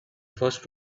first